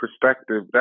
perspective